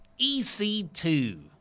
EC2